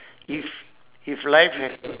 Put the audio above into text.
if if life have